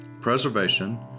preservation